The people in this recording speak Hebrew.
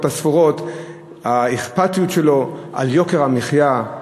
הספורות: האכפתיות שלו על יוקר המחיה,